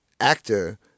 actor